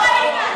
לא ראית מספיק.